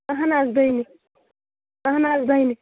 اہن حظ دہمہِ اہن حظ دہمہِ